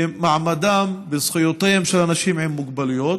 במעמדם, בזכויותיהם של אנשים עם מוגבלויות,